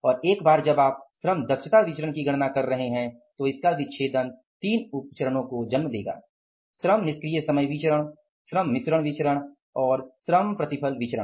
और एक बार जब आप श्रम दक्षता विचरण की गणना कर रहे हैं तो इसका विच्छेदन तीन उप विचरणो को देगा श्रम निष्क्रिय समय विचरण श्रम मिश्रण विचरण और श्रम प्रतिफल विचरण